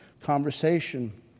conversation